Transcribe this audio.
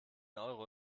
euro